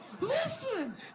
listen